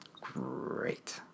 great